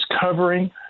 covering